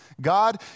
God